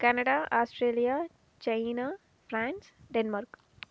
Canada Australia China France Denmark